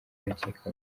nakekaga